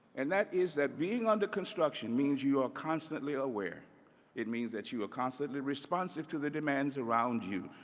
and that is that being under construction means you are constantly aware. two it means that you are constantly responsive to the demands around you,